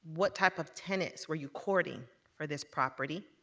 what type of tenants were you courting for this property.